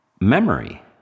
memory